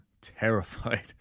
terrified